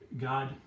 God